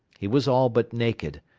he was all but naked,